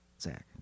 Zach